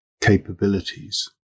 capabilities